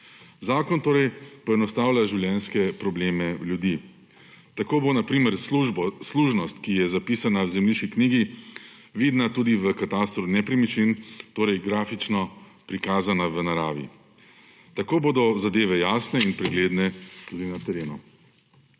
Zakon torej poenostavlja življenjske probleme ljudi. Tako bo na primer služnost, ki je zapisana v zemljiški knjigi, vidna tudi v katastru nepremičnin, torej grafično prikazana v naravi. Tako bodo zadeve jasne in pregledne tudi na terenu.